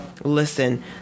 listen